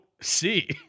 see